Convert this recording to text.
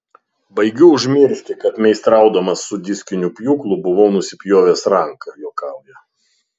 baigiu užmiršti kad meistraudamas su diskiniu pjūklu buvau nusipjovęs ranką juokauja